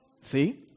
See